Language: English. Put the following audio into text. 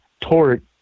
tort